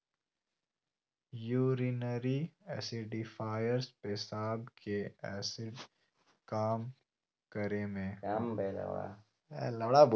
urinary acidifiers पेशाब के acid कम करे मे मदद करो हय